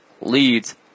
leads